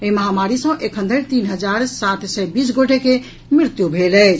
एहि महामारी सँ एखन धरि तीन हजार सात सय बीस गोटे के मृत्यु भेल अछि